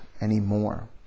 anymore